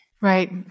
Right